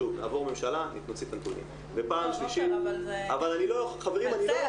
שוב, תעבור ממשלה --- חברים, אני לא יכול.